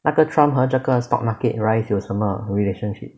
那个 trump 和这个 stock market rise 有什么 relationship